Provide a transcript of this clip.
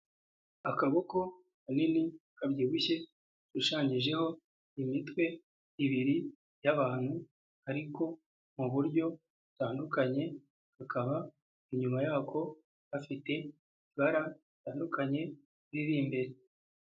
Akaboko kanini kabyibushye gashushanyijeho imitwe ibiri y'abantu, ariko mu buryo butandukanye hakaba inyuma yako hafite ibara ritandukanye n'irindi.